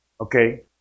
Okay